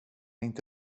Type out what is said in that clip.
inte